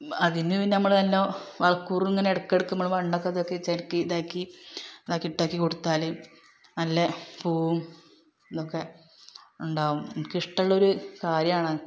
അതിന് പിന്നെ നമ്മള് നല്ലോണം വളക്കൂറ് ഇങ്ങനെ ഇടയ്ക്കിടയ്ക്ക് നമ്മള് മണ്ണൊക്കെ ഇതാക്കി ചെടിക്ക് ഇതാക്കി ഇട്ടൊക്കെ കൊടുത്താല് നല്ല പൂവും ഇതൊക്കെ ഉണ്ടാവും എനിക്കിഷ്ടമുള്ളൊരു കാര്യമാണ്